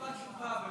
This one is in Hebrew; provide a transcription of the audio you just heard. אותה תשובה.